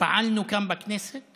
פעלנו כאן בכנסת